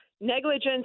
negligence